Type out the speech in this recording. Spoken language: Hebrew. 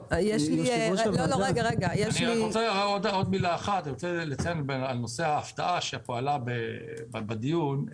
אני רוצה לציין על נושא ההפתעה שעלה בדיון.